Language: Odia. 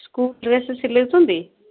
school dress ସିଲେଉଛନ୍ତି